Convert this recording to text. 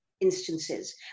instances